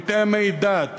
מטעמי דת,